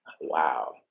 Wow